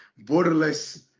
borderless